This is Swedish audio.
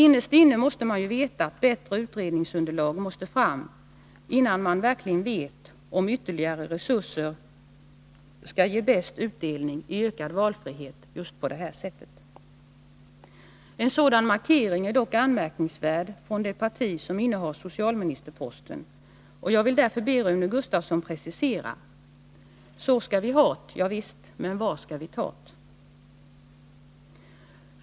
Innerst inne måste man ju veta att ett bättre utredningsunderlag måste fram innan vi verkligen vet var ytterligare resurser ger bäst utdelning i ökad valfrihet. En sådan markering är dock anmärkningsvärd från det parti som innehar socialministerposten. Jag vill därför be Rune Gustavsson att precisera sig. Så skall vi ha”t. Javisst. Men var skall vi ta't?